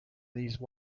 these